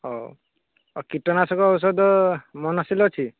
ହେଉ ଆଉ କୀଟନାଶକ ଔଷଧ ମୋନୋସିଲ୍ ଅଛି